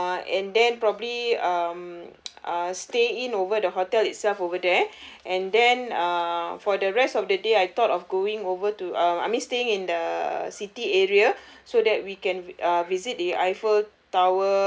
uh and then probably um uh stay in over the hotel itself over there and then uh for the rest of the day I thought of going over to um I mean staying in the city area so that we can uh visit the eiffel